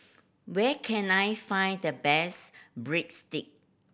where can I find the best Breadstick